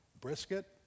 brisket